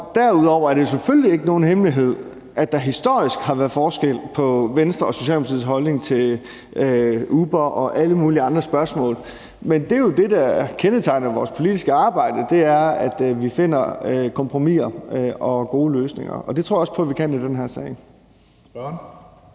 Derudover er det selvfølgelig ikke nogen hemmelighed, at der historisk har været forskel på Venstres og Socialdemokratiets holdning til Uber og alle mulige andre spørgsmål, men det, der jo kendetegner vores politiske arbejde, er, at vi finder kompromiser og gode løsninger, og det tror jeg også på vi kan i den her sag.